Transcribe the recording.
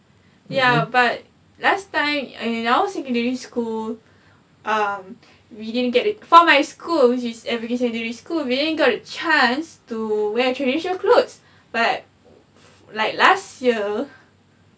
ya but last time uh in our secondary school um we didn't get it for my school which is evergreen secondary school we ain't got a chance to wear traditional clothes but like last year